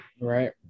Right